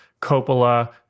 Coppola